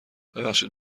ببخشید